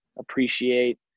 appreciate